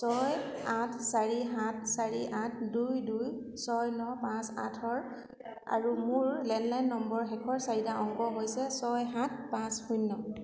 ছয় আঠ চাৰি সাত চাৰি আঠ দুই দুই ছয় ন পাঁচ আঠৰ আৰু মোৰ লেণ্ডলাইন নম্বৰ শেষৰ চাৰিটা অংক হৈছে ছয় সাত পাঁচ শূন্য